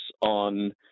On